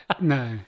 No